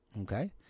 okay